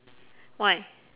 why